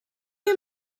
you